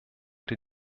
der